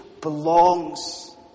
belongs